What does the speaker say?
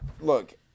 look